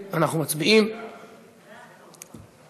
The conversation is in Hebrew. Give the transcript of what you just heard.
חבר הכנסת יחיאל חיליק בר,